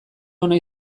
ona